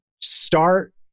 start